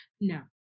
no